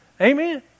Amen